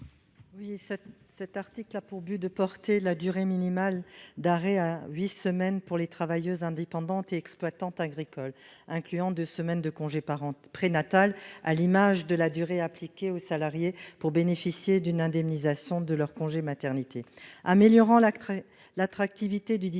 de porter à huit semaines la durée minimale d'arrêt pour les travailleuses indépendantes et les exploitantes agricoles, dont deux semaines de congé prénatal, à l'instar de la durée appliquée aux salariées, pour bénéficier d'une indemnisation de leur congé maternité. Améliorant l'attractivité du dispositif,